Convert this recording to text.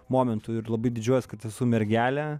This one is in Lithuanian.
momentų ir labai didžiuojuos kad esu mergelė